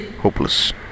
Hopeless